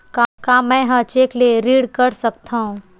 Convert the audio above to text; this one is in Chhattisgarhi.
का मैं ह चेक ले ऋण कर सकथव?